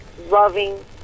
loving